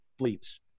bleeps